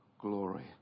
glory